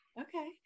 Okay